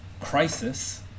crisis